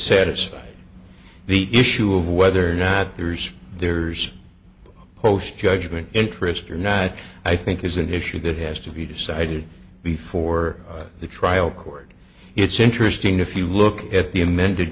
it's the issue of whether or not there's there's post judgment interest or not i think is an issue that has to be decided before the trial court it's interesting if you look at the amended